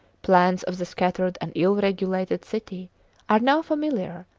plans of the scattered and ill-regulated city are now familiar,